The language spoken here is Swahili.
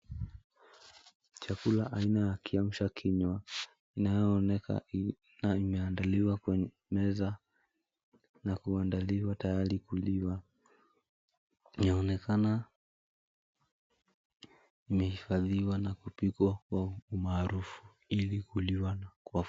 Chakula aina ya kiamsha kinywa inayoonekana imeandaliwa kwenye meza na kuandaliwa tayari kuliwa inaonekana kupikwa na maziwa kwa umarufu ili kuliwa.